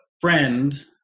friend